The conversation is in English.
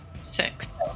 six